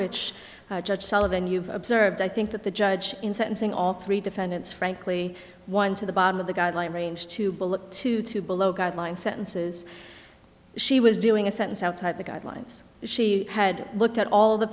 which judge sullivan you've observed i think that the judge in sentencing all three defendants frankly one to the bottom of the guideline range to bill look to two below guideline sentences she was doing a sentence outside the guidelines she had looked at all the